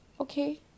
Okay